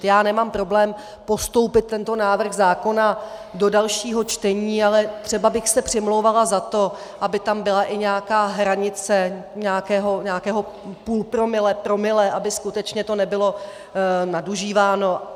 Já nemám problém postoupit tento návrh zákona do dalšího čtení, ale třeba bych se přimlouvala za to, aby tam byla i nějaká hranice nějakého půl promile, promile, aby skutečně to nebylo nadužíváno.